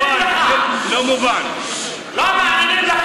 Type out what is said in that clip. בבקשה, אדוני ראש